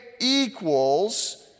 equals